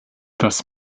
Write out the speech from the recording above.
das